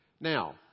Now